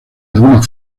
algunas